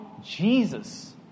Jesus